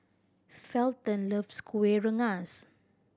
Felton loves Kueh Rengas